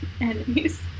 enemies